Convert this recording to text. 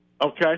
Okay